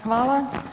Hvala.